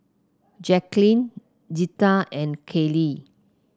Jacqulyn Zeta and Kaley